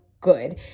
good